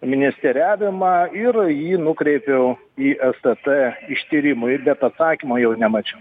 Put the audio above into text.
ministeriavimą ir jį nukreipiau į stt ištyrimui ir bet atsakymo jau nemačiau